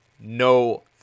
No